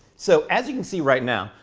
so as you can see right now,